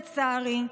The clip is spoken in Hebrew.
לצערי,